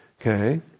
Okay